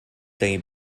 day